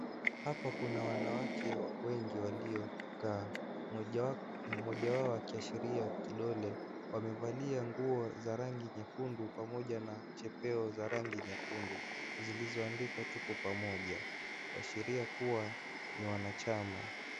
Hapa kuna wanawake wengi waliokaa, mmoja wao akiashiria kidole. Wamevalia nguo za rangi nyekundu pamoja na chepeo za rangi nyekundu, zilizoadnikwa TUKO PAMOJA, kuashiria kuwa ni wanachama.